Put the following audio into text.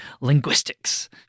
linguistics